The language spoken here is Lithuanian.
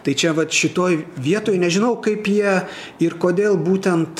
tai čia vat šitoj vietoj nežinau kaip jie ir kodėl būtent